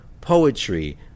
poetry